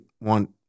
want